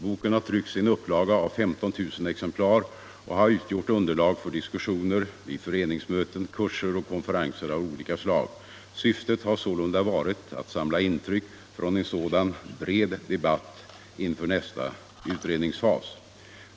Boken har tryckts i en upplaga av 15 000 exemplar och har utgjort underlag för diskussioner vid föreningsmöten, kurser och konferenser av olika slag. Syftet har sålunda varit att samla intryck från en sådan bred debatt inför nästa utredningsfas.